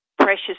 precious